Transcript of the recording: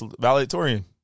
valedictorian